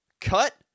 cut